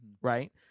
right